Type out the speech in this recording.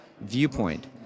viewpoint